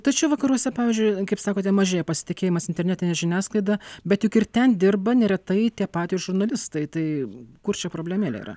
tačiau vakaruose pavyzdžiui kaip sakote mažėja pasitikėjimas internetine žiniasklaida bet juk ir ten dirba neretai tie patys žurnalistai tai kur čia problemėlė yra